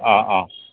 অঁ অঁ